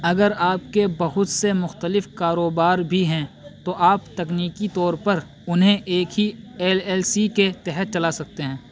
اگر آپ کے بہت سے مختلف کاروبار بھی ہیں تو آپ تکنیکی طور پر انہیں ایک ہی ایل ایل سی کے تحت چلا سکتے ہیں